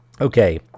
Okay